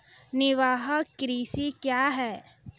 निवाहक कृषि क्या हैं?